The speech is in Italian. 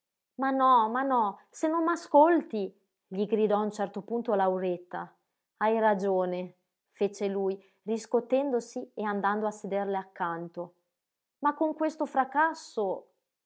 ma no ma no se non m'ascolti gli gridò a un certo punto lauretta hai ragione fece lui riscotendosi e andando a sederle accanto ma con questo fracasso